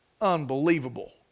unbelievable